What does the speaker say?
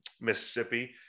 Mississippi